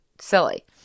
silly